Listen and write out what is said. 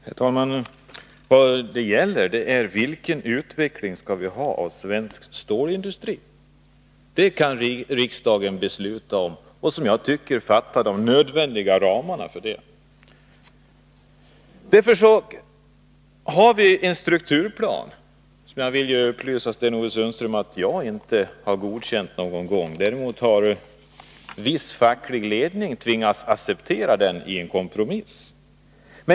Herr talman! Vad det gäller är vilken utveckling svensk stålindustri skall ha. Riksdagen kan fatta beslut om de nödvändiga ramarna för detta, och för det ändamålet har vi också en strukturplan. Jag vill dock upplysa Sten-Ove Sundström att jag inte för min del har godkänt denna. Däremot har viss facklig ledning tvingats acceptera den i en kompromiss.